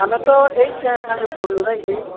ଆମେ ତ ସାଙ୍ଗେ ପଢ଼ିଲୁ ନାଇଁ କି